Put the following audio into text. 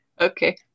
Okay